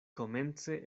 komence